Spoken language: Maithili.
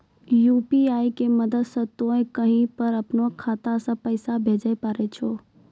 यु.पी.आई के मदद से तोय कहीं पर अपनो खाता से पैसे भेजै पारै छौ